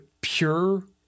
pure